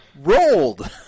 rolled